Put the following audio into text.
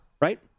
Right